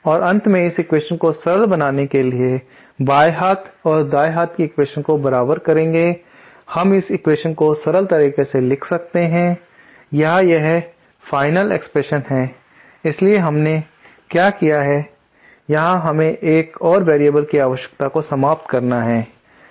और अंत में इस एक्वेशन को सरल बनाने के लिए बाएं हाथ और दाएं हाथ कि एक्वेशन को बराबर करेंगे हम इस एक्वेशन को सरल तरह से लिख सकते है या यह फाइनल एक्सप्रेशन है इसलिए हमने क्या किया है यहां हमें एक और वेरिएबल्स की आवश्यकता को समाप्त करना है